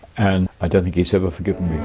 and i don't think he has ever forgiven